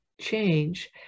change